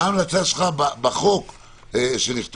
מה ההמלצה שלך בחוק שנכתוב?